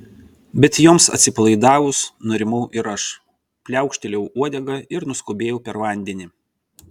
bet joms atsipalaidavus nurimau ir aš pliaukštelėjau uodega ir nuskubėjau per vandenį